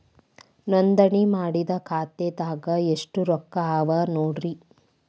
ನೋಂದಣಿ ಮಾಡಿದ್ದ ಖಾತೆದಾಗ್ ಎಷ್ಟು ರೊಕ್ಕಾ ಅವ ನೋಡ್ರಿ